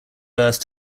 birth